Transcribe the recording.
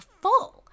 full